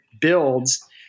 builds